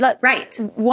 right